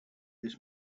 this